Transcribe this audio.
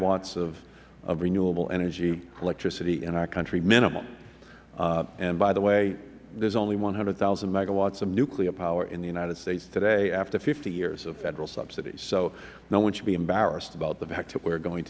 megawatts of renewable energy electricity in our country minimum and by the way there's only one hundred thousand megawatts of nuclear power in the united states today after fifty years of federal subsidies so no one should be embarrassed about the fact that we are going